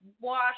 wash